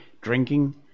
drinking